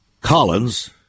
Collins